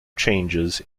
changes